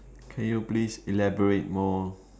can you please elaborate more